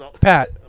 Pat